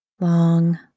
long